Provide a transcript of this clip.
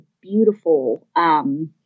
beautiful